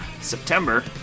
September